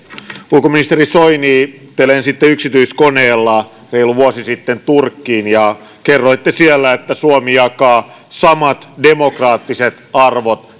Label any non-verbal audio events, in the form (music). ulkoministeri soini te lensitte yksityiskoneella reilu vuosi sitten turkkiin ja kerroitte siellä että suomi jakaa samat demokraattiset arvot (unintelligible)